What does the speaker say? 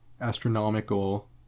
astronomical